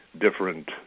different